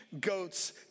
goats